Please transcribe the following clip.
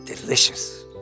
Delicious